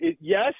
yes